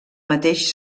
mateix